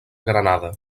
granada